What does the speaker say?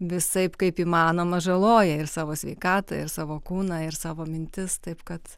visaip kaip įmanoma žaloja ir savo sveikatą ir savo kūną ir savo mintis taip kad